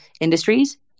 industries